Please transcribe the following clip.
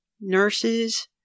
nurses